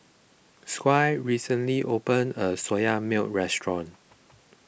Squire recently opened a Soya Milk restaurant